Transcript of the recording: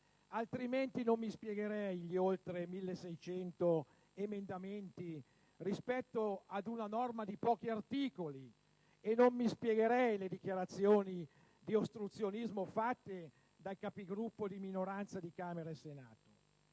Altrimenti non mi spiegherei gli oltre 1.600 emendamenti presentati ad una normativa composta da pochi articoli; e non mi spiegherei le dichiarazioni di ostruzionismo rese dai Capigruppo di minoranza di Camera e Senato.